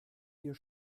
ihr